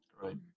Right